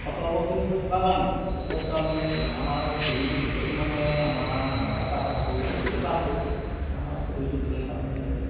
সতৰ্কখিনি হৈ থকাৰ কাৰণে যথেষ্ট আমি আমাৰ চুবুৰীটোত বিশেষ মানে আমাৰ মই এটা হয় এটা সৰু চুবুৰীতে বাস কৰোঁ কিন্তু আমাৰ চুবুৰীটোত বিশেষ আমি